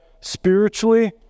spiritually